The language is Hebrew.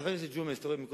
חבר הכנסת ג'ומס, אתה רואה?